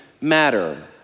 matter